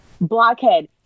Blockhead